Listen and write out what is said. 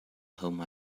home